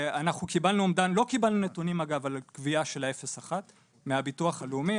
לא קיבלנו נתונים על הגבייה של 0.1% מהביטוח הלאומי.